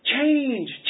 Change